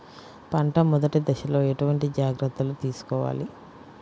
పంట మెదటి దశలో ఎటువంటి జాగ్రత్తలు తీసుకోవాలి?